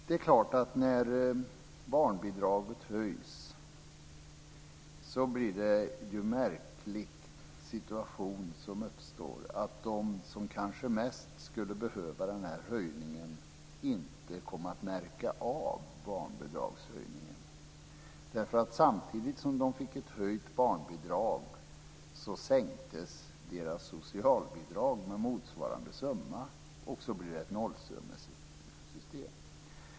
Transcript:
Det är klart att när barnbidraget höjdes var det en märklig situation som uppstod. De som kanske mest skulle behöva barnbidragshöjningen kom inte att märka av den, därför att samtidigt som de fick ett höjt barnbidrag sänktes deras socialbidrag med motsvarande summa. På det sättet blev det ett nollsummesystem.